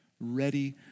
ready